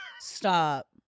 Stop